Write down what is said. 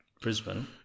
Brisbane